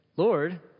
Lord